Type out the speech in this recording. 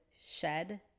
shed